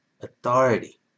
authority